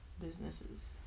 businesses